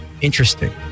Interesting